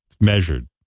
measured